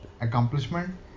accomplishment